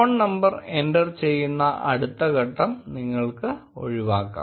phone number enter ചെയ്യുന്ന അടുത്ത ഘട്ടം നിങ്ങൾക്ക് ഒഴിവാക്കാം